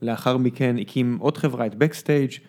לאחר מכן הקים עוד חברה את בקסטייג'